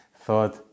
thought